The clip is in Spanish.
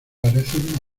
parecen